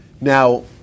Now